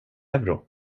euro